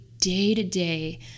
day-to-day